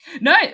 no